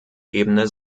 ebene